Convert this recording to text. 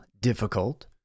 difficult